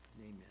Amen